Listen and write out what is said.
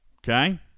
Okay